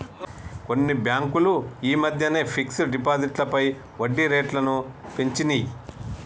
కొన్ని బ్యేంకులు యీ మద్దెనే ఫిక్స్డ్ డిపాజిట్లపై వడ్డీరేట్లను పెంచినియ్